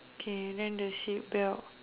okay then the seat belt